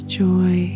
joy